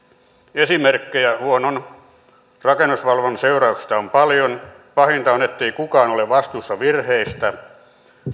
esimerkkejä huonon rakennusvalvonnan seurauksista on paljon pahinta on ettei kukaan ole vastuussa virheistä